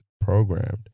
programmed